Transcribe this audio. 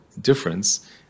difference